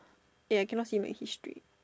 eh I cannot see my history